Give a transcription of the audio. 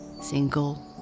single